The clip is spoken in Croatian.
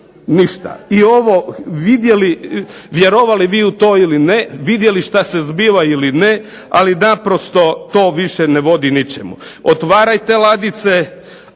I ovo vjerovali vi u to ili ne vidjeli što se zbiva ili ne ali naprosto to više ne vodi ničemu. Otvarajte ladice